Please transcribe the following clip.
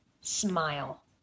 smile